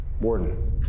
Warden